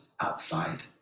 outside